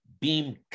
beam